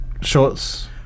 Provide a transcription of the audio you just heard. shorts